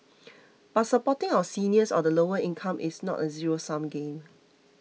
but supporting our seniors or the lower income is not a zero sum game